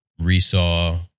resaw